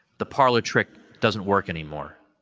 the parlor trick doesn't work anymore.